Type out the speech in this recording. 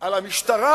על המשטרה,